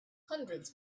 hundreds